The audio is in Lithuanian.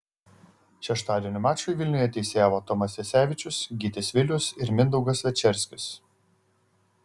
šeštadienio mačui vilniuje teisėjavo tomas jasevičius gytis vilius ir mindaugas večerskis